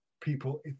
people